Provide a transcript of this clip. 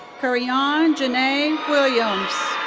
kariyon janai williams.